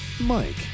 Mike